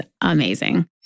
amazing